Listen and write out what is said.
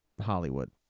Hollywood